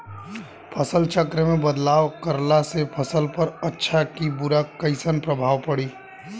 फसल चक्र मे बदलाव करला से फसल पर अच्छा की बुरा कैसन प्रभाव पड़ी?